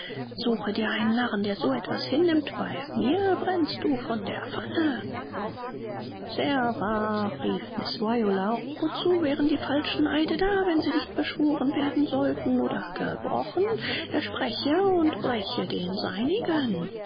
suche dir einen narren der so etwas hinnimmt bei mir brennst du von der pfanne sehr wahr rief miß viola wozu wären die falschen eide da wenn sie nicht beschworen werden sollten oder gebrochen er spreche und breche den seinigen